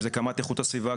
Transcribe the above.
אם זה קמ"ט איכות הסביבה,